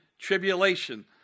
tribulation